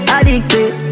Addicted